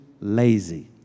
lazy